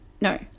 No